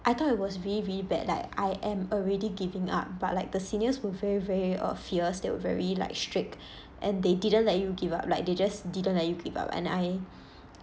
I thought it was really really bad like I am already giving up but like the seniors were very very uh fierce they were very like strict and they didn't let you give up like they just didn't let you give up and I